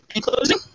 Closing